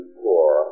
poor